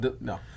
no